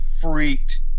freaked